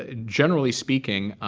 ah generally speaking,